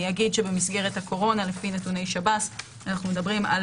במסגרת הקורונה לפי נתוני שב"ס אנחנו מדברים על